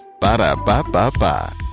Ba-da-ba-ba-ba